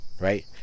right